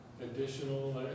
additional